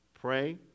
Pray